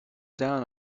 down